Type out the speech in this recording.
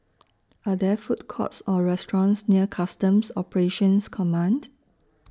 Are There Food Courts Or restaurants near Customs Operations Command